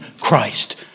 Christ